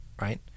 right